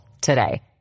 today